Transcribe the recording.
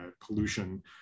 pollution